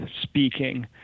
speaking